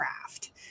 craft